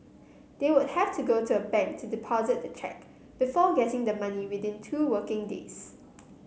they would have to go to a bank to the deposit the cheque before getting the money within two working days